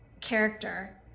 character